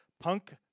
punk